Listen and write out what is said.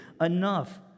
enough